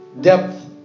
depth